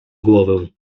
głowę